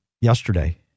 yesterday